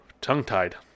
Tongue-tied